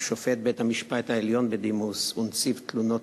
ושופט בית-המשפט העליון בדימוס ונציב תלונות